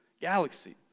galaxy